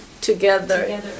together